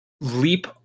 leap